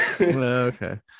okay